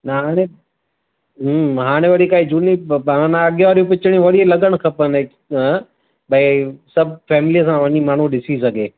न हाणे वरी काई झूनी पाण में अॻियां वाररी पिचरूं वरी लॻण खपनि भई सभु फीमिलीअ सां माण्हू वञी ॾिसी सघे